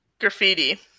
graffiti